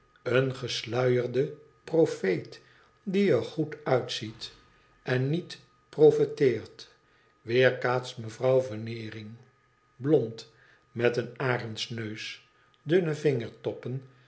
een gesluierde profeet die er goed uitziet en niet profeteert weerkaatst mevrouw veneering blond met een arendsneus dunne vingertoppen